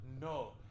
No